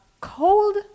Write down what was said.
cold